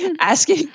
asking